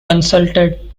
consulted